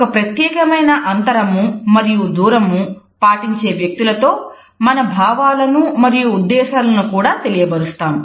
ఒక ప్రత్యేకమైన అంతరము మరియు దూరము పాటించే వ్యక్తులతో మన భావాలను మరియు ఉద్దేశాలను కూడా తెలియబరుస్తాం